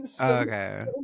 Okay